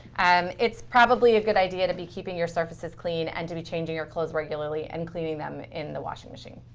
um it's probably a good idea to be keeping your surfaces clean and to be changing your clothes regularly and cleaning them in the washing machine.